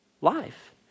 life